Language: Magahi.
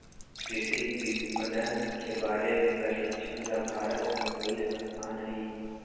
कृषि विपणन के बारे में प्रशिक्षण ला भारत में कई संस्थान हई